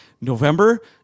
November